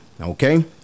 okay